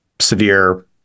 severe